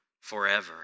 forever